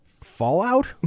fallout